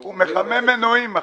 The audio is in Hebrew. הוא מחמם מנועים עכשיו.